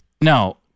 No